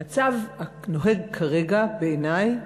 המצב הנוהג כרגע, בעיני,